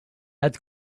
had